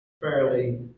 fairly